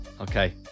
Okay